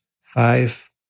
five